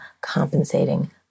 compensating